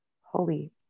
holy